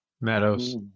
Meadows